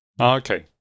Okay